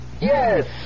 Yes